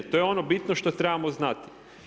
To je ono bitno što trebamo znati.